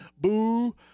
Boo